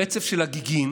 זה רצף של הגיגים